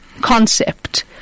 concept